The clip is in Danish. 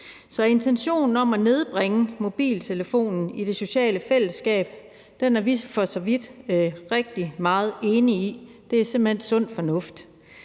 Så intentionen om at nedbringe brugen af mobiltelefon i det sociale fællesskab er vi for så vidt rigtig meget enige i; det er simpelt hen sund fornuft.